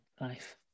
life